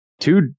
two